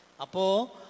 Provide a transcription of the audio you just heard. Apo